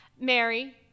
Mary